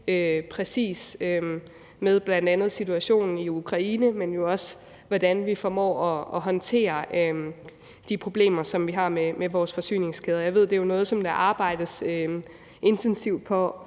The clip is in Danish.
at ske med bl.a. situationen i Ukraine, men jo også hvordan vi formår at håndtere de problemer, som vi har med vores forsyningskæder, og jeg ved jo også, at der arbejdes intensivt i